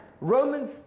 Romans